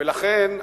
ולכן,